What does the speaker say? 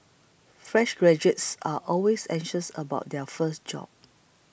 fresh graduates are always anxious about their first job